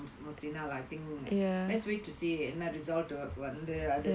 mosina lah let's wait to see என்ன:enna result வந்து அது:vanthu athu